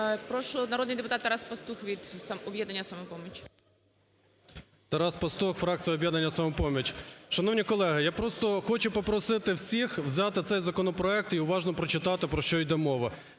Прошу, народний депутат Тарас Пастух від "Об'єднання "Самопоміч". 11:19:29 ПАСТУХ Т.Т. Тарас Пастух. Фракція "Об'єднання "Самопоміч". Шановні колеги, я просто хочу попросити всіх взяти цей законопроект і уважно прочитати, про що йде мова.